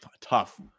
tough